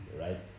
right